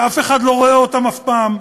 שאף אחד לא רואה אותם אף פעם,